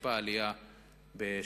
טיפה עלייה ב-2008,